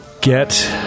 get